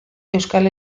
euskal